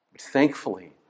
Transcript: Thankfully